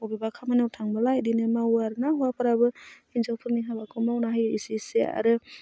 बबेबा खामानियाव थांब्ला बिदिनो मावो आरो ना हौवाफोराबो हिन्जावफोरनि हाबाखौ मावना होयो एसे एसे आरो